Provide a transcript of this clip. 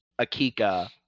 Akika